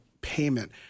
payment